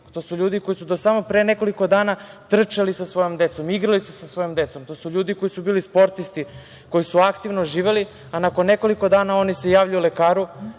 To su ljudi koji su do samo pre nekoliko dana trčali sa svojom decom, igrali se sa svojom decom. To su ljudi koji su bili sportisti, koji su aktivno živeli, a nakon nekoliko dana oni se javljaju lekaru